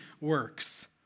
works